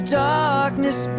darkness